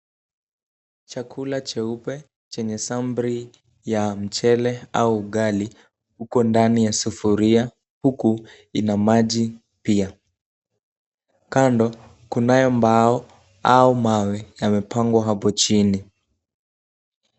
Chakula cheupe chenye samri ya mchele au ugali uko ndani ya sufuria huku ina maji pia. Kando kunayo mbao au mawe yamepangwa hapo chini.